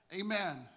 Amen